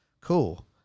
cool